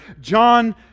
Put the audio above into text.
John